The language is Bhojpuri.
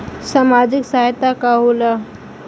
सामाजिक सहायता का होला?